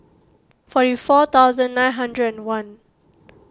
forty four thousand nine hundred and one